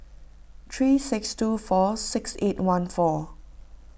three six two four six eight one four